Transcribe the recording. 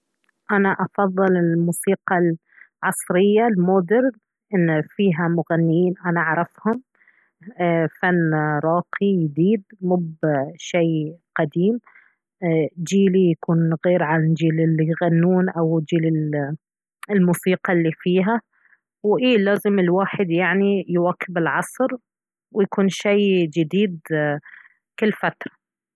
أنا أفضل الموسيقى العصرية المودر إن فيها مغنيين أنا أعرفهم ايه فن راقي يديد مب شيء قديم ايه جيلي يكون غيرعن جيل الي يغنون أو جيل الموسيقى الي فيها وإيه لازم الواحد يعني يواكب العصر ويكون شي جديد كل فترة